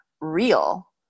real